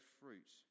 fruit